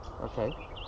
Okay